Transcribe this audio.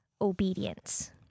obedience